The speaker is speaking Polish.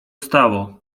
stało